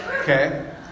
Okay